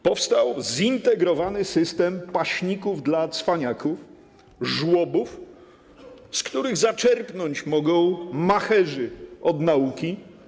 Powstał zintegrowany system paśników dla cwaniaków, żłobów, z których zaczerpnąć mogą macherzy od nauki.